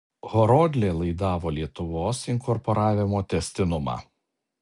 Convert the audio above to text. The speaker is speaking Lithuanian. horodlė laidavo lietuvos inkorporavimo tęstinumą